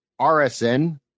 RSN